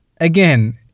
again